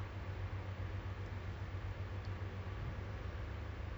oh okay lah uh right now pun I feel that